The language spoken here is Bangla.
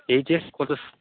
এইচ এস কত